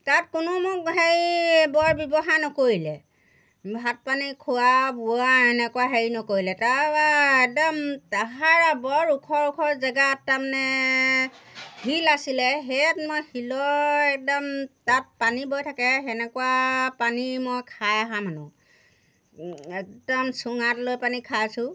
তাত কোনো মোক হেৰি বৰ ব্যৱহাৰ নকৰিলে ভাত পানী খোৱা বোৱা এনেকুৱা হেৰি নকৰিলে তাৰপৰা একদম পাহাৰ আৰু বৰ ওখ ওখ জেগাত তাৰমানে শিল আছিলে সেয়াত মই শিলৰ একদম তাত পানী বৈ থাকে সেনেকুৱা পানী মই খাই অহা মানুহ একদম চুঙাত লৈপেনি খাইছোঁ